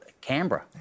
Canberra